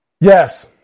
Yes